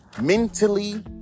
mentally